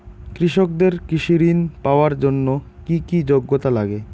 কৃষকদের কৃষি ঋণ পাওয়ার জন্য কী কী যোগ্যতা লাগে?